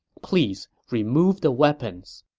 please remove the weapons.